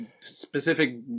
specific